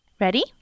Ready